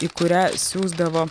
į kurią siųsdavo